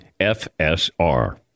FSR